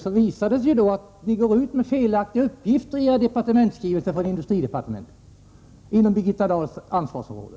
Det har visat sig att ni i industridepartementet går ut med felaktiga uppgifter i era skrivelser. Det gäller alltså Birgitta Dahls ansvarsområde.